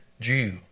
Jew